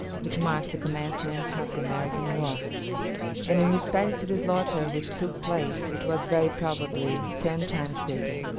which marked the commencement of the american war and in respect to the slaughter which took place, it was very probably ten times greater.